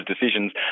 decisions